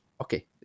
Okay